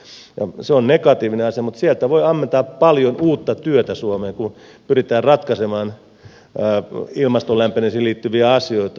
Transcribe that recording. se on negatiivinen asia mutta sieltä voi ammentaa paljon uutta työtä suomeen kun pyritään ratkaisemaan ilmaston lämpenemiseen liittyviä asioita